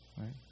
right